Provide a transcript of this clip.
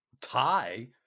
tie